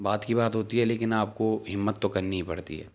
بعد کی بات ہوتی ہے لیکن آپ کو ہمت تو کرنی ہی پڑتی ہے